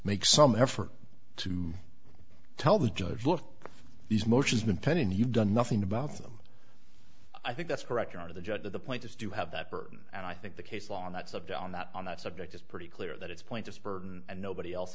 make some effort to tell the judge look these motions been pending you've done nothing about them i think that's correct you are the judge that the plaintiffs do have that burden and i think the case law on that subject on that on that subject is pretty clear that it's pointless burden and nobody else